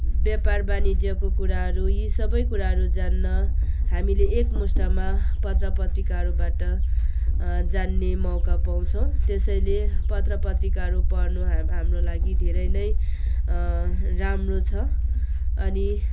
व्यापार वाणिज्यको कुराहरू यी सबै कुराहरू जान्न हामीले एकमुष्ठमा पत्र पत्रिकाहरूबाट जान्ने मौका पाउँछौँ त्यसैले पत्र पत्रिकाहरू पढ्नु हाम्रो लागि धेरै नै राम्रो छ अनि